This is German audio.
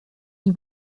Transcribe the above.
die